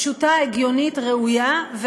פשוטה, הגיונית, ראויה.